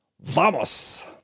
Vamos